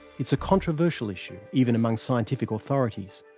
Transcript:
it's a controversial issue even among scientific authorities.